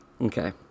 Okay